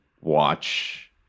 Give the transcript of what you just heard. watch